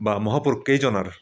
বা মহাপুৰুষ কেইজনৰ